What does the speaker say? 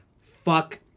fuck